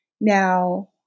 now